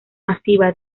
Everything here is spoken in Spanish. masiva